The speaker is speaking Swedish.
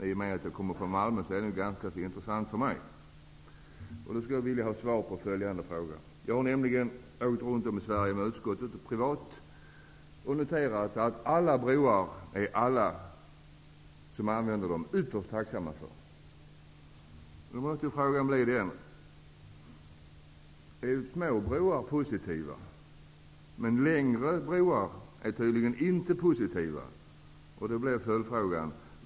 Eftersom jag kommer från Malmö är den ganska intressant för mig. Jag skulle vilja ha svar på följande fråga. Jag har åkt runt i Sverige med utskottet och privat. Då har jag noterat att alla de som använder de broar som finns, är ytterst tacksamma för dem. Små broar är tydligen positiva, men inte längre broar.